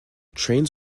trains